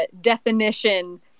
definition